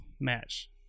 match